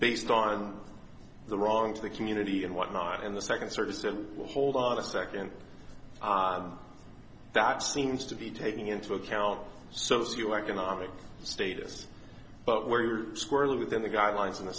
based on the wrong to the community and whatnot in the second service and hold on a second that seems to be taking into account socioeconomic status but where you are squarely within the guidelines in